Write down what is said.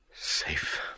Safe